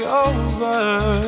over